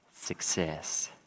Success